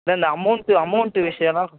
இல்லை இல்லை amount amount விஷயம் தான்